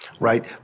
right